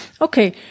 Okay